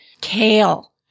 kale